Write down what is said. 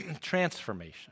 Transformation